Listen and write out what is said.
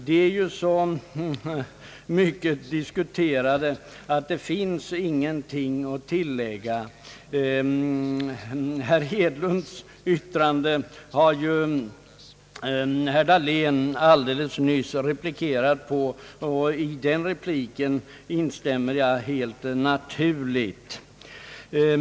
Detta har ju diskuterats så mycket att det inte finns någonting att tillägga. Beträffande herr Hedlunds yttrande har ju herr Dahlén alldeles nyss replikerat, och i den repliken instämmer jag helt naturligt.